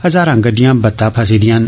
हजारां गड्डियां बत्ता फसी दियां न